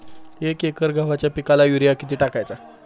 एक एकर गव्हाच्या पिकाला युरिया किती टाकायचा?